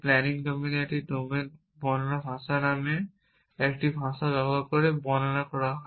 planning domain একটি planning domain বর্ণনা ভাষা নামে একটি ভাষা ব্যবহার করে বর্ণনা করা হয়